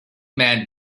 man